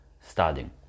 studying